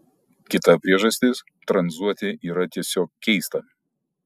kita priežastis tranzuoti yra tiesiog keista